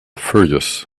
furious